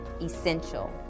essential